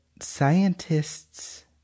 scientists